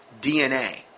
DNA